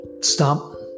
stop